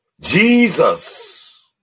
Jesus